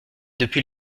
depuis